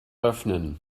öffnen